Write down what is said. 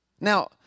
Now